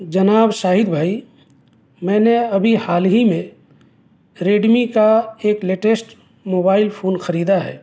جناب شاہد بھائی میں نے ابھی حال ہی میں ریڈمی کا ایک لیٹیسٹ موبائل فون خریدا ہے